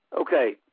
Okay